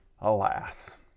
Alas